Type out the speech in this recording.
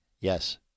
Yes